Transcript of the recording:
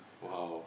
!wow!